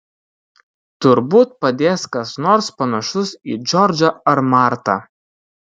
turbūt padės kas nors panašus į džordžą ar martą